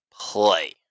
play